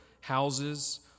houses